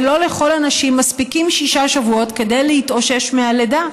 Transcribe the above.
ולא לכל הנשים מספיקים שישה שבועות כדי להתאושש מהלידה.